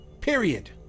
Period